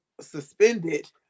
suspended